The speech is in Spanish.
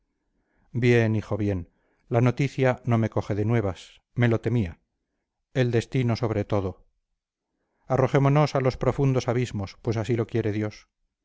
bien hijo bien la noticia no me coge de nuevas me lo temía el destino sobre todo arrojémonos a los profundos abismos pues así lo quiere dios